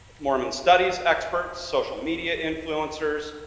mormon studies experts, social media influencers,